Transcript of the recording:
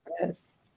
Yes